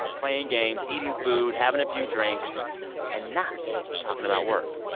playing games, eating food, having a few drinks and not talking about work.